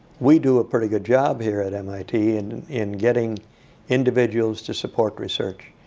we do a pretty good job here at mit and in getting individuals to support research.